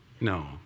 no